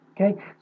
Okay